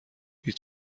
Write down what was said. هیچ